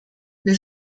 will